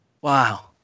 Wow